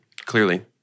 clearly